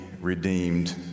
redeemed